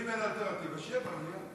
אם אין אלטרנטיבה, אז שיהיה במליאה.